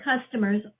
customers